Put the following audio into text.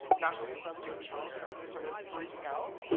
national anthem james charles. then everybody started freaking out.